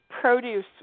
produce